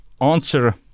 answer